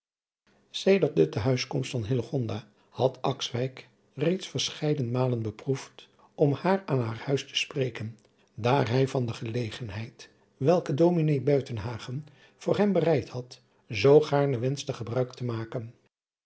sedert de te huiskomst van hillegonda had akswijk reeds verscheiden malen beproefd om haar aan haar huis te spreken daar hij van de gelegenheid welke ds buitenhagen voor hem bereid had zoo gaarne wenschte gebruik te maken